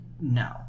no